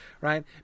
right